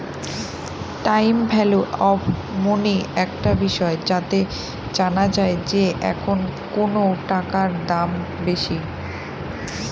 time value of money একটা বিষয় যাতে জানা যায় যে এখন কোনো টাকার দাম বেশি